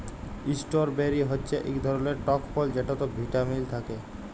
strawberry হচ্যে ইক ধরলের টক ফল যেটতে ভিটামিল থ্যাকে